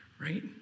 right